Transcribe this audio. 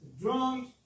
drums